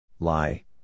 Lie